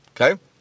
Okay